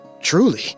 truly